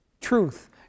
truth